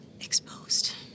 exposed